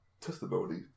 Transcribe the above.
testimony